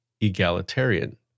egalitarian